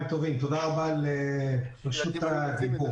הדבר השני, מי שמגיע לפה, אפשר להגביל את זה.